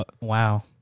Wow